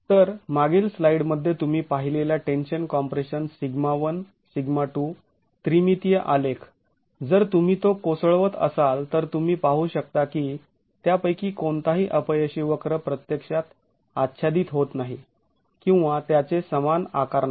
तर मागील स्लाईड मध्ये तुम्ही पाहिलेला टेन्शन कॉम्प्रेशन σ1 σ2 त्रिमितीय आलेख जर तुम्ही तो कोसळवत असाल तर तुम्ही पाहू शकता की त्यापैकी कोणताही अपयशी वक्र प्रत्यक्षात आच्छादित होत नाही किंवा त्याचे समान आकार नाही